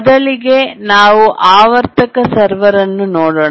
ಮೊದಲಿಗೆ ನಾವು ಆವರ್ತಕ ಸರ್ವರ್ ಅನ್ನು ನೋಡೋಣ